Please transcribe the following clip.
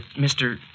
Mr